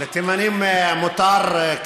(אומר בערבית: הוא מתחיל להגיד: בשם האל הרחום והחנון.) לתימנים מותר,